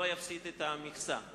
לא יפסיד את המכסה,